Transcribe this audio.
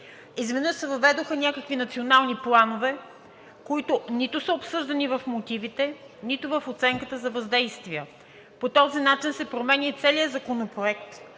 Изведнъж се въведоха някакви национални планове, които нито са обсъждани в мотивите, нито в оценката за въздействие, като по този начин се променя целият законопроект,